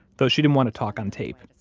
though she didn't want to talk on tape.